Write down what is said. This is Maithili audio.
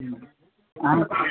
हूँ अहाँ